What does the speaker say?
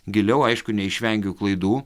giliau aišku neišvengiu klaidų